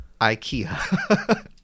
IKEA